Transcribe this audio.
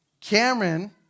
Cameron